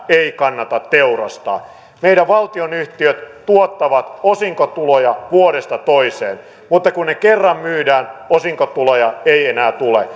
ei kannata teurastaa meidän valtionyhtiöt tuottavat osinkotuloja vuodesta toiseen mutta kun ne kerran myydään osinkotuloja ei enää tule